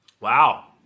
Wow